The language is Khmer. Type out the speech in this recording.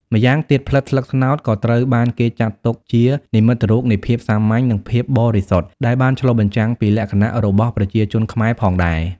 ម្យ៉ាងទៀត ផ្លិតស្លឹកត្នោតក៏ត្រូវបានគេចាត់ទុកជា និមិត្តរូបនៃភាពសាមញ្ញ និងភាពបរិសុទ្ធ ដែលបានឆ្លុះបញ្ចាំងពីលក្ខណៈរបស់ប្រជាជនខ្មែរផងដែរ។